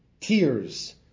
Tears